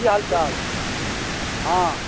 की हाल चाल हँ